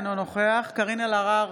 אינו נוכח קארין אלהרר,